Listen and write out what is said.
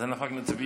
אז אנחנו רק נצביע.